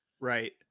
Right